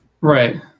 Right